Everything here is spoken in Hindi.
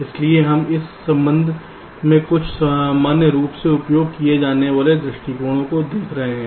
इसलिए हम इस संबंध में कुछ सामान्य रूप से उपयोग किए जाने वाले कुछ दृष्टिकोणों को देख रहे हैं